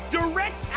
direct